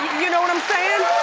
you know what i'm saying?